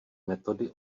metody